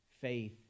faith